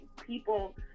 people